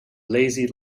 lazy